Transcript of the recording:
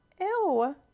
Ew